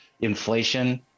inflation